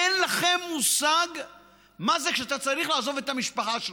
אין לכם מושג מה זה כשאתה צריך לעזוב את המשפחה שלך.